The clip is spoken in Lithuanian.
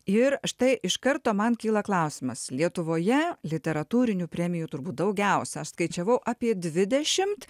ir štai iš karto man kyla klausimas lietuvoje literatūrinių premijų turbūt daugiausia aš skaičiavau apie dvidešimt